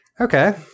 Okay